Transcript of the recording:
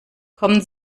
kommen